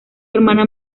hermana